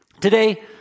Today